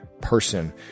person